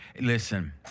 Listen